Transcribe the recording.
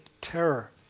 terror